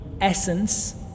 essence